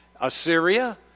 Assyria